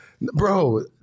bro